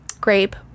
grape